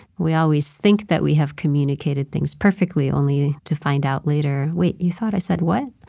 we always think that we have communicated things perfectly, only to find out later, wait, you thought i said what?